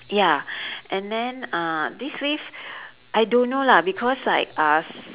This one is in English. ya and then uh this lift I don't know lah because like us